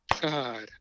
God